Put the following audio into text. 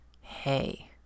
hey